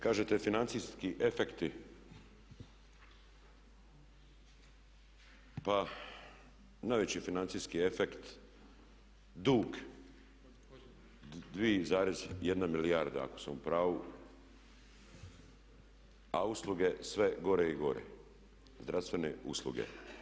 Kažete financijski efekti, pa najveći financijski efekt dug 2,1 milijarda ako sam u pravu a usluge sve gore i gore, zdravstvene usluge.